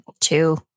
Two